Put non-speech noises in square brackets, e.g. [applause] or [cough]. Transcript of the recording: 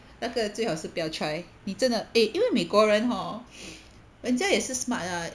那个最好是不要 try 你真的 eh 因为美国人 hor [breath] 人家也是 smart lah